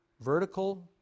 vertical